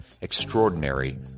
Extraordinary